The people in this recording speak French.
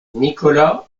nikola